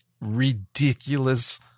ridiculous